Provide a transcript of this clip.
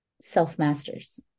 self-masters